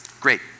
great